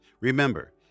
Remember